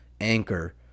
anchor